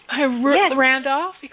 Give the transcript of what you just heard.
Randolph